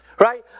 Right